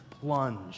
plunge